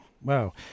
Wow